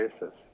basis